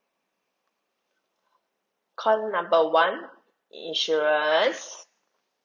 call number one insurance